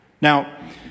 Now